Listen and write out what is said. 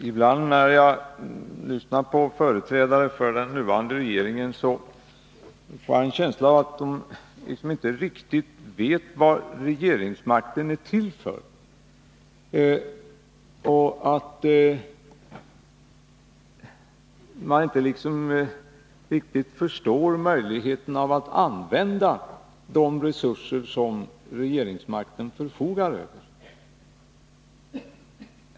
Ibland när jag lyssnar på företrädare för den nuvarande regeringen får jag en känsla av att de inte riktigt vet vad regeringsmakten är till för och att de inte riktigt förstår hur man skall använda de resurser som regeringsmakten förfogar över.